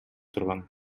турган